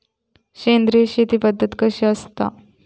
सेंद्रिय शेती पद्धत कशी असता?